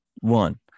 One